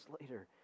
later